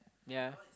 ya